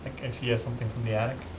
i see you have something from the attic.